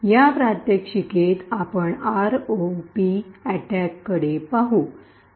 या प्रात्यक्षिकात आपण आरओपी अटैक कडे पाहू